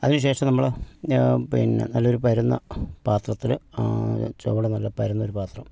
അതിന് ശേഷം നമ്മൾ പിന്നെ നല്ലൊരു പരന്ന പാത്രത്തിൽ ചുവട് നല്ല പരന്നൊരു പാത്രം